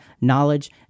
knowledge